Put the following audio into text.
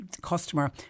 customer